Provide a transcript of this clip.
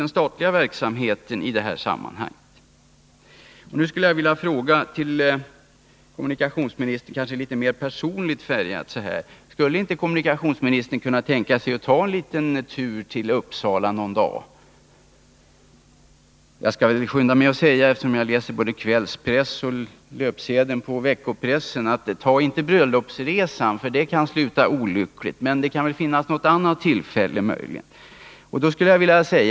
Nu skulle jag vilja ställa en kanske litet mer personligt färgad fråga till kommunikationsministern: Skulle inte kommunikationsministern kunna tänka sig att ta en liten tur till Uppsala någon dag? Eftersom jag läser både kvällspressen och löpsedlarna från veckopressen skall jag skynda mig att tillägga: Ta inte bröllopsresan, för det kan sluta olyckligt, men det kan väl finnas något annat tillfälle.